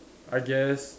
I guess